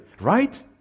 right